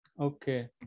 Okay